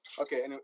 Okay